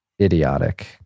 idiotic